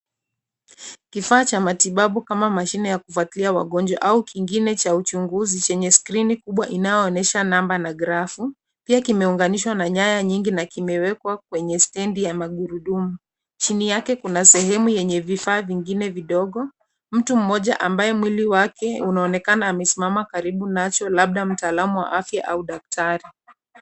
Kifaa cha matibabu kama mashine ya kufuatilia wagonjwa au kingine cha uchunguzi chenye skrini kubwa inayoonyesha namba na grafu, a pia kimeunganishwa na nyaya nyingi na kimewekwa kwenye stendi ya magurudumu. Chini yake kuna sehemu yenye vifaa vingine vidogo. Mtu mmoja ambaye mwili wake unaonekana amesimama karibu nacho labda mtaalamu wa afya au daktari.